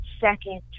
second